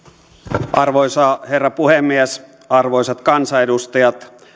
arvoisa herra puhemies arvoisat kansanedustajat